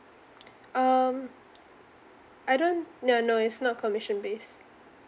um I don't no no it's not commission based